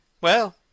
Well